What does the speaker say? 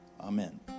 Amen